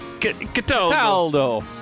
Cataldo